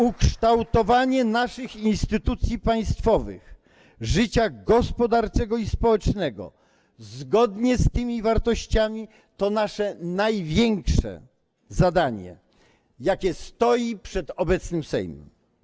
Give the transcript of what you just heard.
Ukształtowanie naszych instytucji państwowych, życia gospodarczego i społecznego zgodnie z tymi wartościami to nasze największe zadanie, jakie stoi przed obecnym Sejmem.